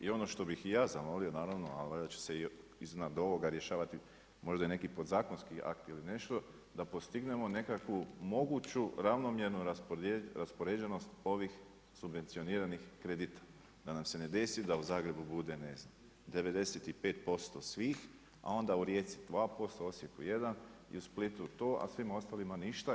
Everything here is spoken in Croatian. I ono što bih i ja zamolio naravno, ali valjda će se iznad ovoga rješavati možda i neki podzakonski akti ili nešto, da postignemo nekakvu moguću ravnomjernu raspoređenost ovih subvencioniranih kredita da nam se ne desi da u Zagrebu bude ne znam 95% svih, a onda u Rijeci 2%, Osijeku jedan i u Splitu to, a svima ostalima ništa.